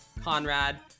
Conrad